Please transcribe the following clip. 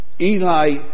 Eli